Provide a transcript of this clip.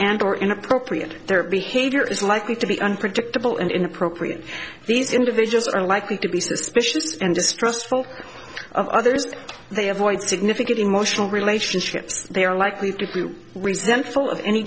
and or inappropriate their behavior is likely to be unpredictable and inappropriate these individuals are likely to be suspicious and distrustful of others they avoid significant emotional relationships they are likely to be resentful of any